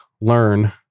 learn